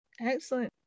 Excellent